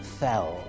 fell